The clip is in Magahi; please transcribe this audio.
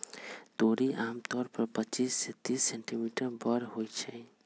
तोरी आमतौर पर पच्चीस से तीस सेंटीमीटर बड़ होई छई